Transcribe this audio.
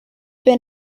been